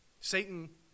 Satan